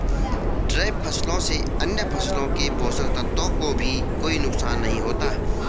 trap फसलों से अन्य फसलों के पोषक तत्वों को भी कोई नुकसान नहीं होता